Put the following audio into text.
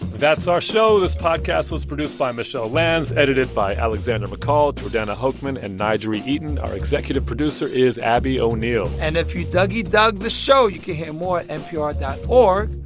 that's our show. this podcast was produced by michelle lanz, edited by alexander mccall, jordana hochman and n'jeri eaton. our executive producer is abby o'neill and if you duggy-dug the show, you can hear more at npr dot org,